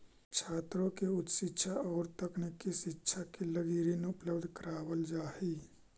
छात्रों के उच्च शिक्षा औउर तकनीकी शिक्षा के लगी ऋण उपलब्ध करावल जाऽ हई